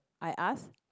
I ask